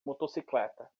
motocicleta